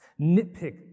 nitpick